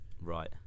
right